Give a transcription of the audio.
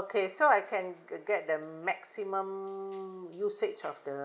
okay so I can get the maximum usage of the